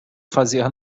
fazer